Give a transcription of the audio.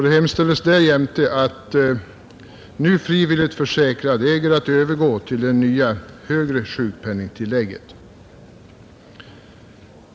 Det hemställes därjämte att nu frivilligt försäkrad äger övergå till det nya högre sjukpenningtillägget.